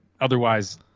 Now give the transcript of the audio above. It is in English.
Otherwise